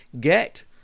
Get